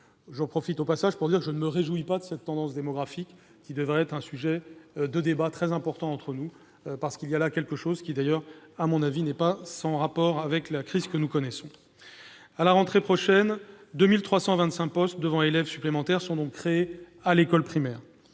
je ne me réjouis pas de cette tendance démographique, qui devrait être un sujet de débat très important entre nous. Il y a là quelque chose qui n'est pas sans rapport, selon moi, avec la crise que nous connaissons. À la rentrée prochaine, 2 325 postes devant élèves supplémentaires seront créés dans le primaire